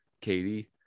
katie